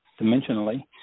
dimensionally